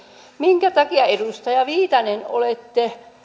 minkä takia edustaja viitanen olette